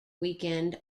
weekend